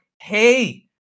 hey